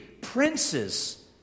princes